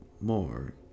more